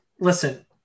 listen